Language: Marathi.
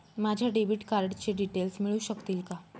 माझ्या डेबिट कार्डचे डिटेल्स मिळू शकतील का?